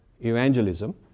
evangelism